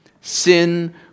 Sin